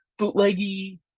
bootleggy